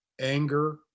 anger